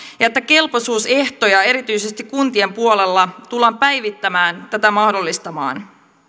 ja että kelpoisuusehtoja erityisesti kuntien puolella tullaan päivittämään tätä mahdollistamaan